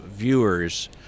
viewers